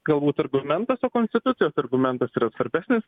galbūt argumentas o konstitucijos argumentas yra svarbesnis